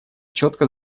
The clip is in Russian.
четко